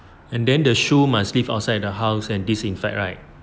and then the shoe must leave outside the house and disinfect right